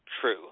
true